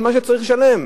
את מה שצריך לשלם,